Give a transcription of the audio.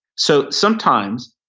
so sometimes,